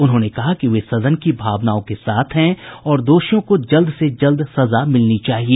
उन्होंने कहा कि वे सदन की भावनाओं के साथ हैं और दोषियों को जल्द से जल्द सजा मिलनी चाहिए